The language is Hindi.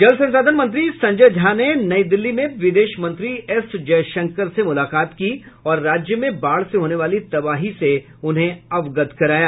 जल संसाधन मंत्री संजय झा ने नई दिल्ली में विदेश मंत्री एस जयशंकर ने मुलाकात की और राज्य में बाढ़ से होने वाली तबाही से उन्हे अवगत कराया